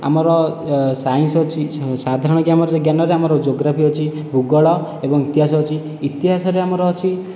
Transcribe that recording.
ଆମର ସାଇନ୍ସ ଅଛି ସାଧାରଣ ଜ୍ଞାନରେ ଆମର ଯୋଗ୍ରାଫି ଅଛି ଭୂଗୋଳ ଏବଂ ଇତିହାସ ଅଛି ଇତିହାସରେ ଆମର ଅଛି